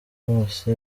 bwose